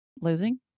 losing